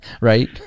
Right